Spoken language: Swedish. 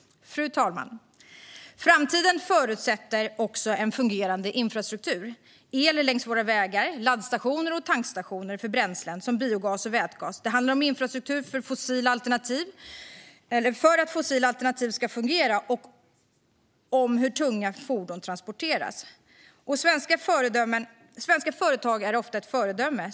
Fru talman! Framtiden förutsätter också en fungerande infrastruktur, el längs våra vägar, laddstationer och tankstationer för bränslen som biogas och vätgas. Det handlar infrastruktur för att fossilfria alternativ ska fungera och om hur tunga fordon transporteras. Svenska företag är ofta ett föredöme.